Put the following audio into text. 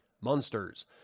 Monsters